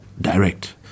direct